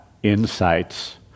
Insights